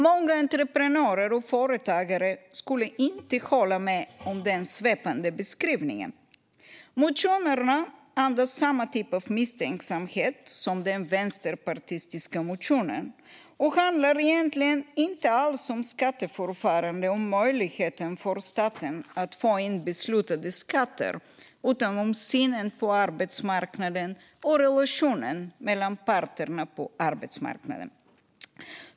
Många entreprenörer och företagare skulle inte hålla med om den svepande beskrivningen. Motionerna andas samma typ av misstänksamhet som den vänsterpartistiska motionen. De handlar egentligen inte alls om skatteförfarande och möjligheten för staten att få in beslutade skatter, utan om synen på arbetsmarknaden och relationen mellan parterna på arbetsmarknaden.